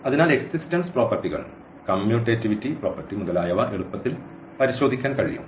അതിനാൽ എക്സിസ്റ്റൻസ് പ്രോപ്പർട്ടികൾ commutativity property മുതലായവ എളുപ്പത്തിൽ പരിശോധിക്കാൻ കഴിയും